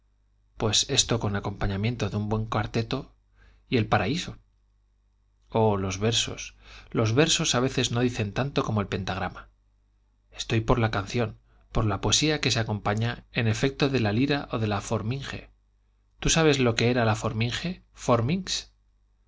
pues esto con acompañamiento de un buen cuarteto y el paraíso oh los versos los versos a veces no dicen tanto como el pentagrama estoy por la canción por la poesía que se acompaña en efecto de la lira o de la forminge tú sabes lo que era la forminge